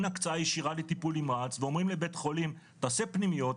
הקצאה ישירה בטיפול נמרץ ואומרים לבית חולים תעשה פנימיות,